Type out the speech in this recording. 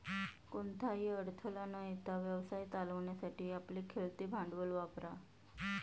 कोणताही अडथळा न येता व्यवसाय चालवण्यासाठी आपले खेळते भांडवल वापरा